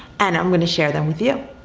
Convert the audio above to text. and i'm gonna share them with you.